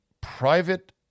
private